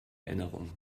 erinnerung